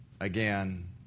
again